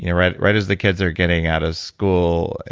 you know, right right as the kids are getting out of school.